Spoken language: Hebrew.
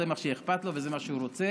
זה מה שאכפת לו וזה מה שהוא רוצה.